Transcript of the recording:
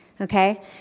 okay